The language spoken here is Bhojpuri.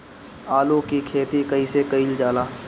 आलू की खेती कइसे कइल जाला?